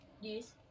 yes